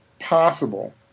possible